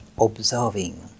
observing